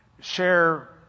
share